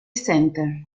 center